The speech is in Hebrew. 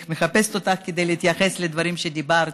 אני מחפשת אותך כדי להתייחס לדברים שאמרת,